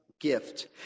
gift